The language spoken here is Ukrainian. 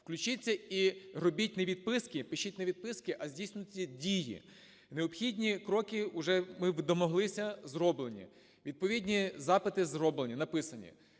Включіться і робіть не відписки, пишіть не відписки, а здійснюйте дії. Необхідні кроки вже ми домоглися, зроблені. Відповідні запити зроблені, написані.